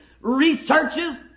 researches